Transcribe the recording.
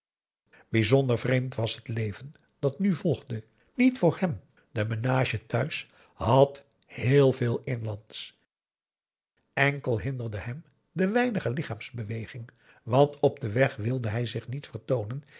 bijzonder vreemd was het leven dat nu volgde niet voor hem de menage thuis had heel veel inlandsch enkel hinderde hem de weinige lichaamsbeweging want op den weg wilde hij zich niet vertoonen